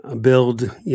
build